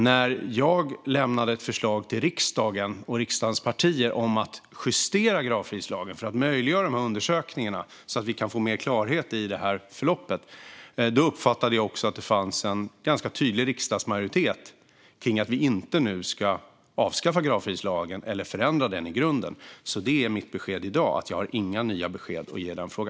När jag lämnade ett förslag till riksdagen och till riksdagens partier om att justera gravfridslagen för att möjliggöra undersökningarna så att vi kan få mer klarhet i förloppet uppfattade jag att det fanns en tydlig riksdagsmajoritet om att vi inte skulle avskaffa gravfridslagen eller förändra den i grunden. Mitt besked i dag är därför att jag inte har några nya besked att ge i denna fråga.